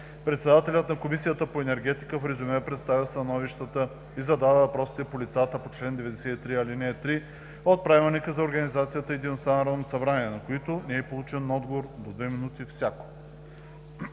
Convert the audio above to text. Председателят на Комисията по енергетика в резюме представя становищата и задава въпросите на лицата по чл. 93, ал. 3 от Правилника за организацията и дейността на Народното събрание, на които не е получен отговор – до две минути всяко.